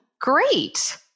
great